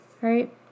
right